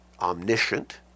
omniscient